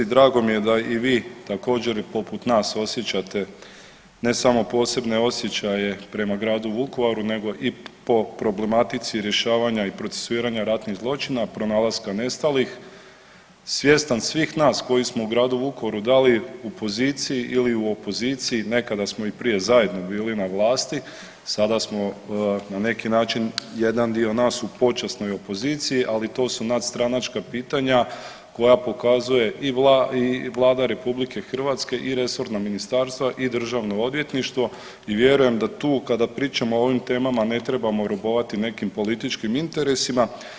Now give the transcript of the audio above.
Drago mi je da i vi također poput nas osjećate ne samo posebne osjećaje prema gradu Vukovaru nego i po problematici rješavanja i procesuiranja ratnih zločina, pronalaska nestalih svjestan svih nas koji smo u gradu Vukovaru da li u opoziciji ili u poziciji nekada smo i prije zajedno bili na vlasti, sada smo na neki način jedan dio nas u počasnoj opoziciji, ali to su nadstranačka pitanja koja pokazuje i Vlada RH i resorna ministarstva i državno odvjetništvo i vjerujem da tu kada pričamo o ovim temama ne trebamo robovati nekim političkim interesima.